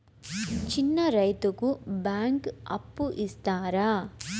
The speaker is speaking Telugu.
చిన్న రైతుకు బ్యాంకు అప్పు ఇస్తారా?